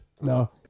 No